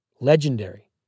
Legendary